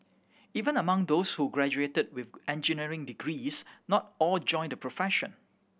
even among those who graduated with engineering degrees not all joined the profession